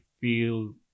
feel